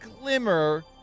Glimmer